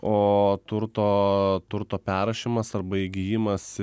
o turto turto perrašymas arba įgijimas